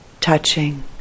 touching